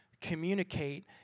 communicate